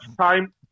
time